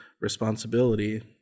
responsibility